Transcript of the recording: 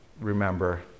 remember